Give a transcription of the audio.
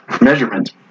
measurement